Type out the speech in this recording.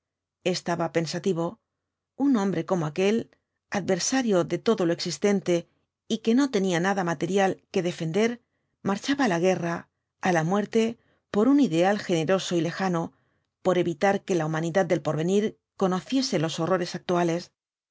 estaba pensativo un hombre como aquel adversario de todo lo existente y que no tenía nada material que defender marchaba á la guerra á la muerte por un ideal generoso y lejano por evitar que la humanidad del porvenir conociese los horrores actuales